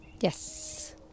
Yes